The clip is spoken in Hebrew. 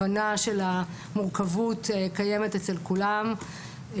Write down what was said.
הבנת המורכבות קיימת אצל כולם.